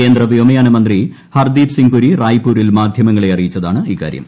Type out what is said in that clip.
കേന്ദ്ര വ്യോമയാന മന്ത്രി ഹർദ്ദീപ് സിങ് പുരി റായ്പൂരിൽ മാധ്യമങ്ങളെ അറിയിച്ചതാണിക്കാര്യം